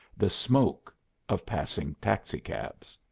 the smoke of passing taxicabs.